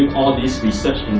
all this research